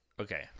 Okay